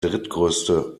drittgrößte